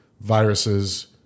viruses